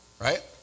Right